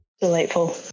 Delightful